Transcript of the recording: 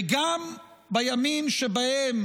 וגם בימים שבהם